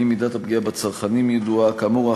2. כאמור,